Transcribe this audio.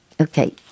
Okay